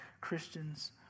Christians